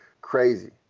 Crazy